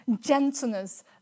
gentleness